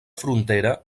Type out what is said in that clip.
frontera